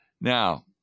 Now